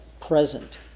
present